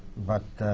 but